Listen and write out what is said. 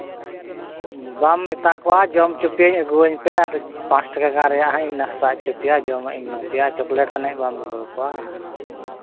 ᱵᱟᱢ ᱢᱮᱛᱟᱠᱚᱣᱟ ᱡᱚᱢ ᱦᱚᱪᱚ ᱯᱤᱭᱟᱹᱧ ᱟᱹᱜᱩᱣᱟᱹᱧ ᱯᱮ ᱟᱨ ᱯᱟᱸᱪ ᱴᱟᱠᱟ ᱜᱟᱱ ᱨᱮᱭᱟᱜ ᱦᱟᱸᱜ ᱱᱟᱥᱛᱟ ᱦᱚᱪᱚ ᱯᱮᱭᱟ ᱡᱚᱢᱟᱜ ᱤᱧ ᱮᱢᱟ ᱯᱮᱭᱟ ᱪᱚᱠᱞᱮᱹᱴ ᱛᱟᱱᱟᱜ ᱵᱟᱢ ᱵᱩᱞᱟᱹᱣ ᱠᱚᱣᱟ